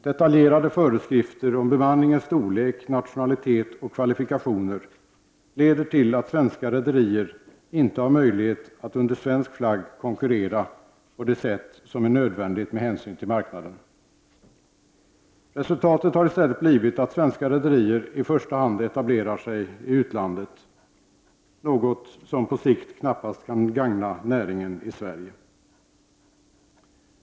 Detaljerade föreskrifter om bemanningens storlek, nationalitet och kvalifikationer leder till att svenska rederier inte har möjlighet att under svensk flagg konkurrera på det sätt som är nödvändigt med hänsyn till marknaden. Resultatet har i stället blivit att svenska rederier i första hand etablerar sig i utlandet, något som på sikt knappast kan gagna näringen i Sverige.